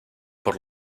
por